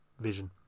vision